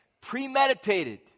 premeditated